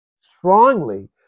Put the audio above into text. strongly